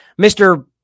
Mr